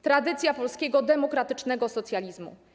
To tradycja polskiego demokratycznego socjalizmu.